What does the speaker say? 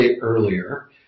earlier